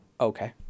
okay